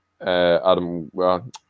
adam